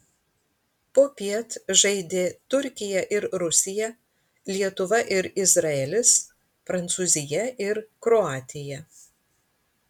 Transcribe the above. popiet žaidė turkija ir rusija lietuva ir izraelis prancūzija ir kroatija